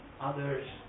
others